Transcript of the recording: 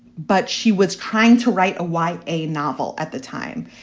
but she was trying to write a white a novel at the time.